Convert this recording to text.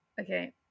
okay